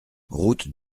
route